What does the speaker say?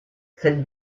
cette